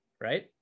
right